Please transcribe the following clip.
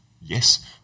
Yes